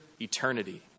eternity